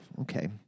okay